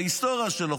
ההיסטוריה שלו,